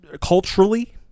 culturally